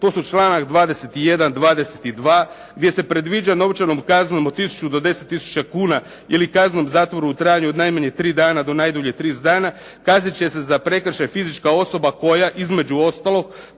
to su članak 21., 22. gdje se predviđa novčanom kaznom od 1000 do 10000 kuna ili kaznom zatvora u trajanju od najmanje tri dana do najdulje 30 dana kaznit će se za prekršaj fizička osoba koja između ostalog